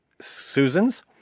Susan's